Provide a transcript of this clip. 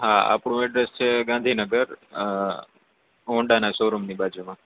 હા આપણું એડ્રેસ છે ગાંધીનગર હોન્ડાના શો રૂમની બાજુમાં